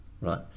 right